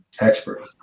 expert